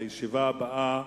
הישיבה הבאה